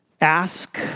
ask